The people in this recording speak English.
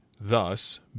Thus